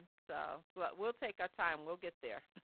so but we'll take your time will get their